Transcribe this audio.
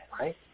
right